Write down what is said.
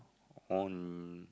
on